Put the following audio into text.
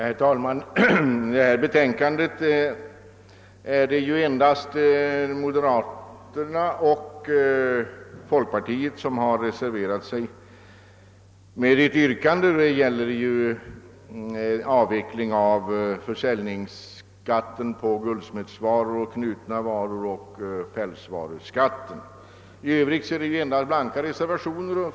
Herr talman! Då det gäller det här betänkandet är det endast moderater och folkpartister som reserverat sig genom ett yrkande, och det gäller ju avveckling av försäljningsskatten på guldsmedsvaror, knutna mattor och pälsvaror. I övrigt finns det endast blanka reservationer.